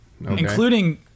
Including